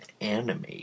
anime